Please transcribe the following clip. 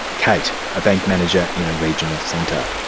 kate, a bank manager in a regional centre.